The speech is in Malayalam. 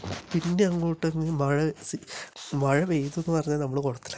പിന്നങ്ങോട്ട് മഴ സീ മഴ പെയ്തു എന്ന് പറഞ്ഞാല് നമ്മള് കുളത്തിലാണ്